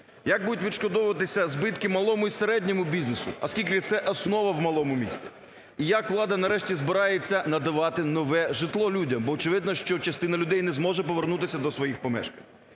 Як будуть відшкодовувати збитки малому і середньому бізнесу, оскільки це основа в малому місті, і як влада, нарешті, збирається надавати нове житло людям, бо, очевидно, що частина людей не зможе повернутися до своїх помешкань.